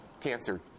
cancer